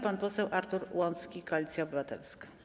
Pan poseł Artur Łącki, Koalicja Obywatelska.